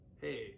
hey